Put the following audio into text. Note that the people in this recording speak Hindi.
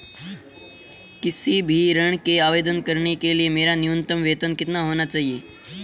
किसी भी ऋण के आवेदन करने के लिए मेरा न्यूनतम वेतन कितना होना चाहिए?